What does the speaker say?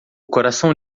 coração